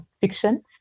fiction